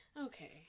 Okay